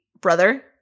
brother